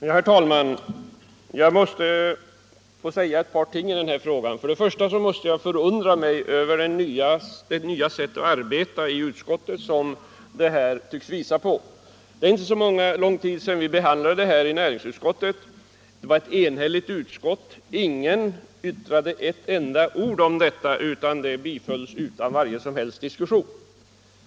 Herr talman! Jag har anledning att säga ett par ting i den här frågan. Först och främst måste jag förundra mig över det nya sätt att arbeta i utskottet som situationen tycks visa på. Det är inte så lång tid sedan vi behandlade detta ärende i näringsutskottet. Det var ett enhälligt utskott. Ingen yttrade ett enda ord om detta, förslaget bifölls utan någon som helst diskussion.